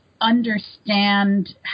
understand